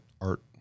Art